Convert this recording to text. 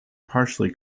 partially